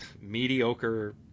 mediocre